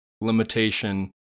limitation